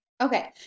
Okay